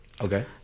Okay